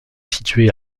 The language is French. située